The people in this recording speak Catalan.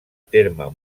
terme